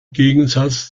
gegensatz